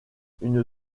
une